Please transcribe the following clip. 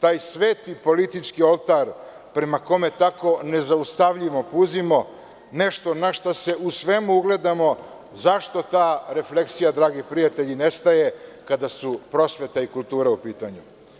taj sveti politički oltar, prema kome tako nezaustavljivo puzimo, nešto na šta se u svemu ugledamo, zašto ta refleksija, dragi prijatelji nestaje kada su prosveta i kultura u pitanju?